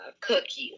cookies